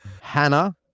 Hannah